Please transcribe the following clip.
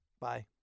Bye